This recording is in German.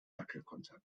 wackelkontakt